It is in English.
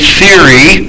theory